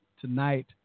Tonight